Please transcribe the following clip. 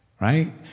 right